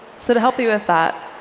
so to help you with that,